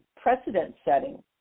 precedent-setting